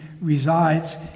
resides